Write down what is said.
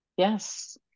Yes